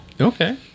okay